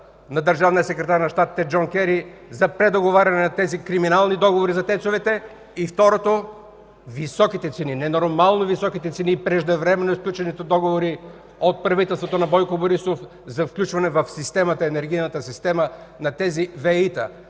на държавния секретар на Щатите Джон Кери за предоговаряне на тези криминални договори за ТЕЦ-овете. Второ, високите цени, ненормално високите цени и преждевременно сключените договори от правителството на Бойко Борисов за включване в енергийната система на тези ВЕИ-та.